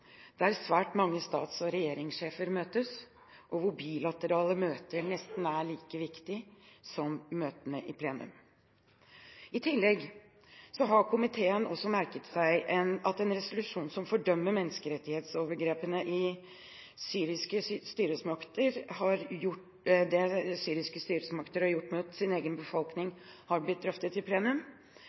svært mange stats- og regjeringssjefer møtes, og hvor bilaterale møter nesten er like viktig som møtene i plenum. I tillegg har komiteen merket seg at en resolusjon som fordømmer menneskerettighetsovergrepene som syriske styresmakter har gjort mot sin egen befolkning, har blitt drøftet i